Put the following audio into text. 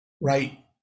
right